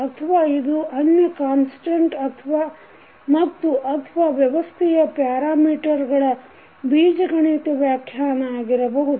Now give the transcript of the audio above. ಅಥವಾ ಇದು ಅನ್ಯ ಕಾನ್ಸ್ಟೆಂಟ್ ಮತ್ತು ಅಥವಾ ವ್ಯವಸ್ಥೆಯ ಪ್ಯಾರಾ ಮೀಟರಗಳ ಬೀಜಗಣಿತ ವ್ಯಾಖ್ಯಾನ ಆಗಿರಬಹುದು